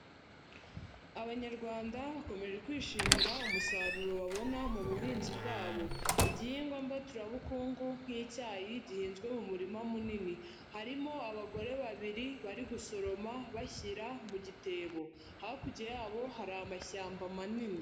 Abanyarwanda bakomeje kwishimira umusaruro babona mu buhinzi bwabo, igihingwa mbaturabukungu nk'icyayi gihinzwe mu murima munini, harimo abagore babiri bari gusoroma bashyira mu gitebo, hakurya yabo hari amashyamba manini.